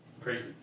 Crazy